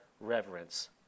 reverence